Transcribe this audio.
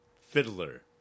Fiddler